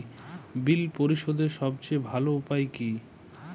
বিল পরিশোধের সবচেয়ে ভালো উপায় কী?